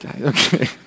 Okay